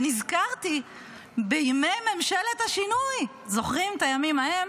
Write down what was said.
ונזכרתי בימי ממשלת השינוי, זוכרים את הימים ההם?